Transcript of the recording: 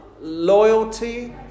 loyalty